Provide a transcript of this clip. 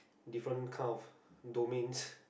different kind of domains